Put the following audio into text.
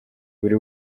buri